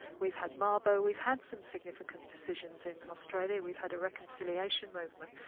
we've had mabo, we've had some significant decisions in australia, we've had a reconciliation movement,